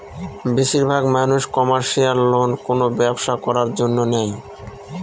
বেশির ভাগ মানুষ কমার্শিয়াল লোন কোনো ব্যবসা করার জন্য নেয়